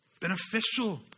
beneficial